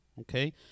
okay